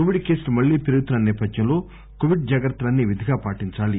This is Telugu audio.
కోవిడ్ కేసులు మళ్లీ పెరుగుతున్న నేపథ్యంలో కోవిడ్ జాగ్రత్తలన్నీ విధిగా పాటించాలి